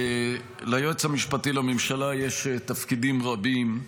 ליועץ המשפטי לממשלה יש תפקידים רבים.